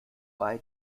bei